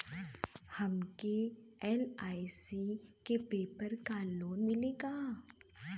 हमके एल.आई.सी के पेपर पर लोन मिली का?